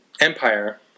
Empire